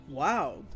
Wow